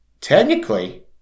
technically